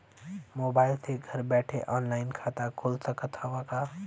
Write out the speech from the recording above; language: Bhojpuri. मोबाइल से घर बैठे ऑनलाइन खाता खुल सकत हव का?